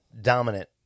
dominant